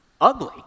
ugly